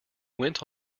went